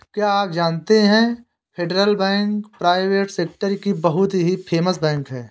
क्या आप जानते है फेडरल बैंक प्राइवेट सेक्टर की बहुत ही फेमस बैंक है?